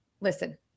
Listen